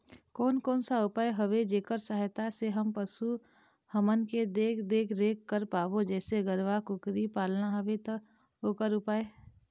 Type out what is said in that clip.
कोन कौन सा उपाय हवे जेकर सहायता से हम पशु हमन के देख देख रेख कर पाबो जैसे गरवा कुकरी पालना हवे ता ओकर उपाय?